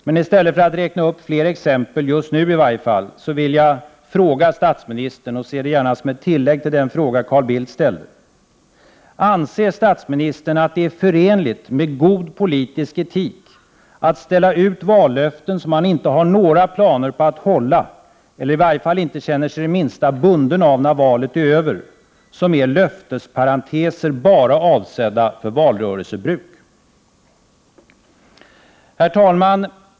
Men i stället för att, i varje fall just nu, räkna upp fler exempel vill jag fråga statsministern — se det gärna som ett tillägg till den fråga som Carl Bildt ställde: Anser statsministern att det är förenligt med god politisk etik att ställa ut vallöften som han inte har några planer på att hålla eller i varje fall inte känner sig det minsta bunden av när valet är över, som är löftesparenteser bara avsedda för valrörelsebruk? Herr talman!